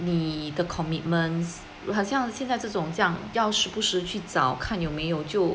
的个 commitments 好像现在这种这样要时不时去看有没有就